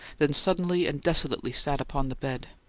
then suddenly and desolately sat upon the bed.